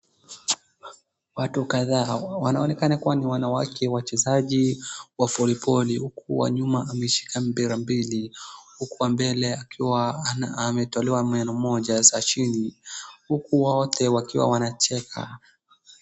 Watu kadhaa wanaonekana kuwa ni wanawake wachezaji wa voliboli huku wa nyuma ameshika mpiraa mbili huku wa mbele ametolewa meno moja za chini huku wote wakiwa wanacheka.